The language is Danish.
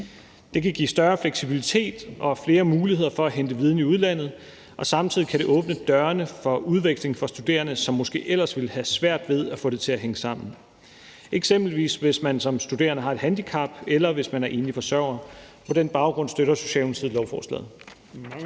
Det kan give større fleksibilitet og flere muligheder for at hente viden i udlandet, og samtidig kan det åbne dørene for udveksling for studerende, som måske ellers ville have svært ved at få det til at hænge sammen, eksempelvis hvis man som studerende har et handicap, eller hvis man er enlig forsørger. På den baggrund støtter Socialdemokratiet lovforslaget.